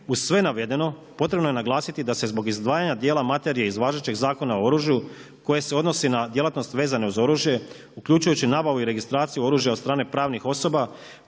uz sve navedeno, potrebno je naglasiti da se zbog izdvajanja djela materije iz važećeg Zakona o oružju koje se odnosi na djelatnost vezane uz oružje, uključujući nabavu i registraciju oružja od strane pravnih osoba,